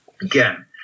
again